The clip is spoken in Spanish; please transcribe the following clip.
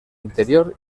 interior